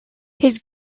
his